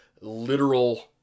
literal